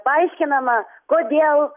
paaiškinama kodėl